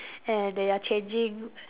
and they are changing